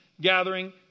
gathering